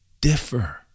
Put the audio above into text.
differ